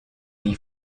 the